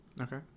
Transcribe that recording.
Okay